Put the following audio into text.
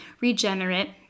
regenerate